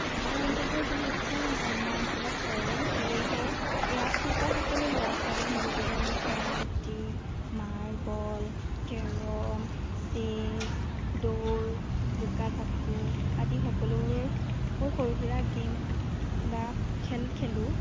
আমাৰ অঞ্চলটো যিহেতু গ্ৰাম্য অঞ্চলত পৰে সেয়েহে ইয়াত থকা সকলো ল'ৰা ছোৱালী মিলি জুলি আমি চেংগুটি মাৰ্বল কেৰম চেছ দৌৰ লুকা ভাকু আদি সকলোবোৰ সৰু সুৰা গেম বা খেল খেলোঁ